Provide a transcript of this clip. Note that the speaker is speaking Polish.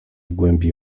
głębi